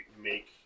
make